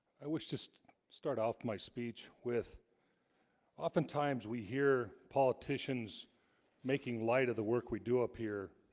i wish just start off my speech with oftentimes we hear politicians making light of the work we do up here,